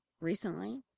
recently